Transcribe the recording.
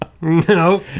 No